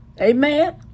Amen